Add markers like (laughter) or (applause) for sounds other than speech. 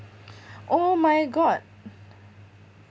(breath) oh my god